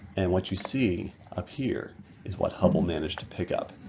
and what you see up here is what hubble managed to pick up.